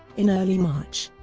in early march,